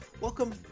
Welcome